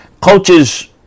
Coaches